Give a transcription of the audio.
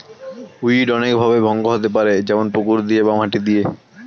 weed অনেক ভাবে ভঙ্গ হতে পারে যেমন পুকুর দিয়ে বা মাটি দিয়ে